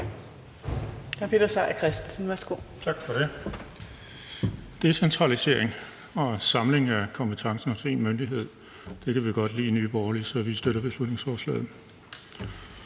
Tak for det. Decentralisering og samling af kompetencer hos én myndighed kan vi godt lide i Nye Borgerlige. Så vi støtter beslutningsforslaget.